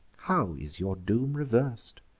how is your doom revers'd,